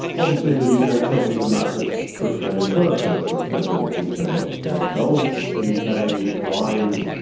obviously the yeah uk ah itself is a market for australian products. you know for example, we send like a lot of gold to the uk, wine,